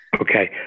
Okay